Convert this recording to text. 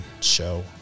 Show